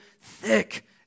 thick